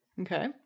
Okay